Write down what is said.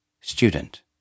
Student